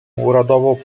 uradował